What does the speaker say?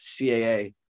CAA